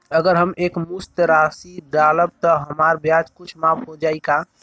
अगर हम एक मुस्त राशी डालब त हमार ब्याज कुछ माफ हो जायी का?